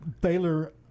Baylor